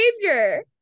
behavior